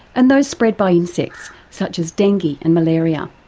and those spread by insects such as dengue and malaria.